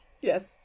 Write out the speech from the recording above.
Yes